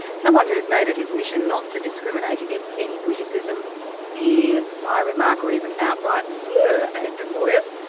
someone who has made it his mission not to discriminate against any witticism, sneer, sly remark or even outright slur aimed at lawyers,